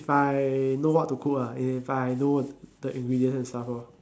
if I know what to cook ah if I know the ingredients and stuff lor